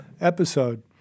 episode